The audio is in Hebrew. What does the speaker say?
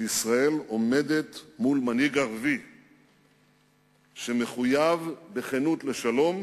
שישראל עומדת מול מנהיג ערבי שמחויב בכנות לשלום,